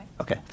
Okay